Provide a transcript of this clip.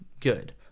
good